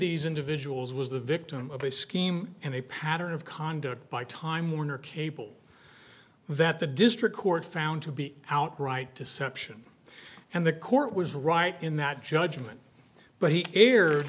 these individuals was the victim of a scheme and a pattern of conduct by time warner cable that the district court found to be outright deception and the court was right in that judgment but he